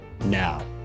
now